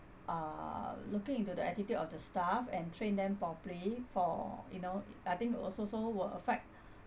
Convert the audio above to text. uh looking into the attitude of the staff and train them properly for you know I think also so will affect